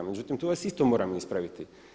Međutim, tu vas isto moram ispraviti.